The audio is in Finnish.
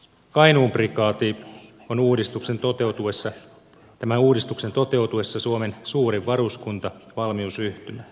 kainuun prikaati on tämän uudistuksen toteutuessa suomen suurin varuskunta valmiusyhtymä